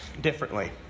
differently